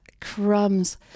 Crumbs